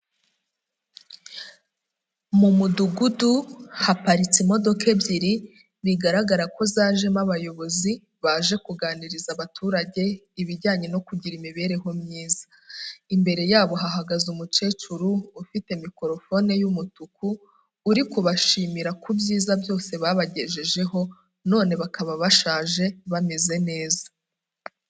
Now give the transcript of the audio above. Mu mudugudu haparitse imodoka ebyiri, bigaragara ko zajemo abayobozi baje kuganiriza abaturage ibijyanye no kugira imibereho myiza, imbere yabo hahagaze umukecuru ufite mikorofone y'umutuku, uri kubashimira ku byiza byose babagejejeho none bakaba bashaje bameze neza.